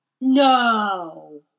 No